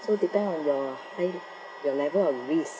so depend on your hand it your level of risks